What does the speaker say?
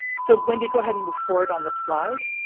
so when do you go ahead and before it on the slide?